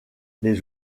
les